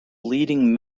leading